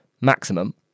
maximum